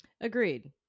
Agreed